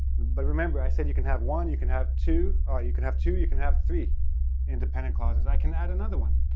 but remember, i said you can have one, you can have two. or you can have two, you can have three independent clauses. i can add another one